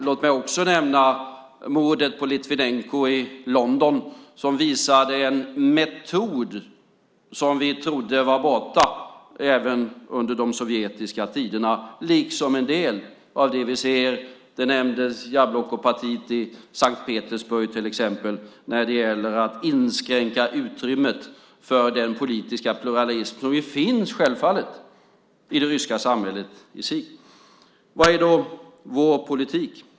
Låt mig också nämna mordet på Litvinenko i London som visade en metod som vi trodde var borta även under de sovjetiska tiderna liksom en del av det som vi ser. Jablokopartiet i Sankt Petersburg nämndes till exempel när det gäller att inskränka utrymmet för den politiska pluralism som självfallet finns i det ryska samhället. Vad är då vår politik?